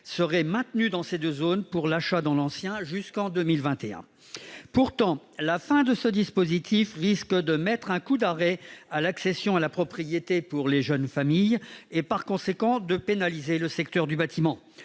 serait maintenu dans ces deux zones pour l'achat dans l'ancien jusqu'en 2021. Pourtant, la fin de ce dispositif risque de mettre un coup d'arrêt à l'accession à la propriété pour les jeunes familles et, par conséquent, de pénaliser le secteur du bâtiment.